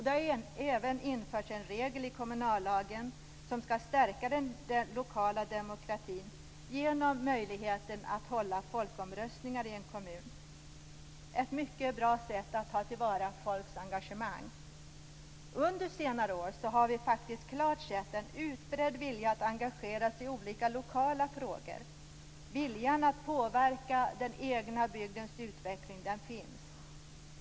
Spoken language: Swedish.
Det har även införts en regel i kommunallagen som skall stärka den lokala demokratin genom möjligheten att hålla folkomröstningar i en kommun. Det är ett mycket bra sätt att ta till vara människors engagemang. Under senare år har vi klart sett en utbredd vilja att engagera sig i olika lokala frågor. Viljan att påverka den egna bygdens utveckling finns.